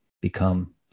become